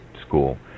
school